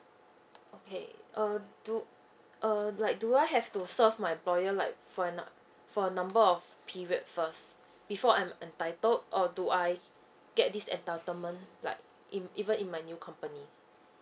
okay uh do uh like do I have to serve my employer like for ano~ for a number of period first before I am entitled or do I get this entitlement like in even in my new company